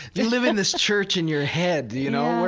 you live in this church in your head. you know,